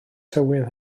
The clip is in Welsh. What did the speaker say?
tywydd